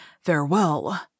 Farewell